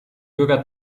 bürger